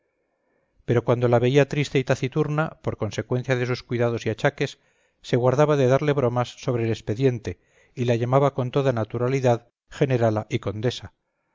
pero cuando la veía triste y taciturna por consecuencia de sus cuidados y achaques se guardaba de darle bromas sobre el expediente y la llamaba con toda naturalidad generala y condesa